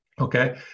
Okay